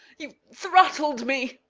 you throttled me.